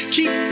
Keep